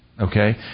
Okay